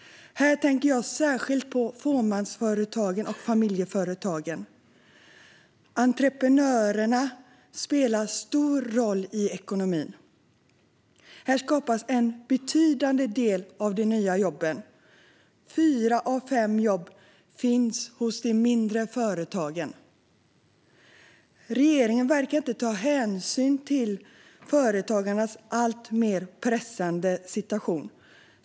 Här tänker jag särskilt på fåmansföretagen och familjeföretagen. Entreprenörerna spelar stor roll i ekonomin; där skapas en betydande del av de nya jobben. Fyra av fem jobb finns hos de mindre företagen. Regeringen verkar inte ta hänsyn till företagarnas alltmer pressade situation.